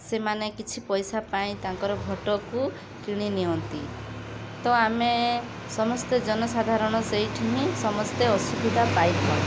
ସେମାନେ କିଛି ପଇସା ପାଇଁ ତାଙ୍କ ଫଟୋକୁ କିଣି ନିଅନ୍ତି ତ ଆମେ ସମସ୍ତେ ଜନସାଧାରଣ ସେଇଠି ହିଁ ସମସ୍ତେ ଅସୁବିଧା ପାଇଥାଉ